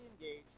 engaged